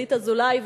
דלית אזולאי,